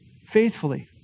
faithfully